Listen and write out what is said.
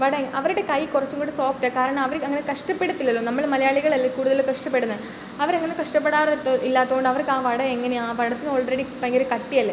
വടം അവരുടെ കൈ കുറച്ചും കൂടെ സോഫ്റ്റാ കാരണം അവർ അങ്ങനെ കഷ്ടപ്പെടുത്തില്ലല്ലോ നമ്മൾ മലയാളികൾ അല്ലെ കൂടുതൽ കഷ്ടപ്പെടുന്നത് അവരങ്ങനെ കഷ്ടപ്പെടാറില്ല ഇല്ലാത്തോണ്ട് അവർക്ക് ആ വടം എങ്ങനെയാണ് വടത്തിന് ഓൾറെഡി ഭയങ്കര കട്ടിയല്ലെ